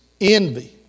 envy